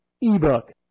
eBook